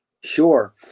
Sure